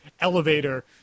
elevator